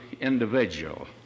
individual